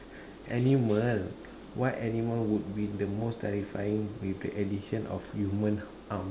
animal what animal would be the most terrifying with the addition of human arms